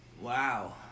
Wow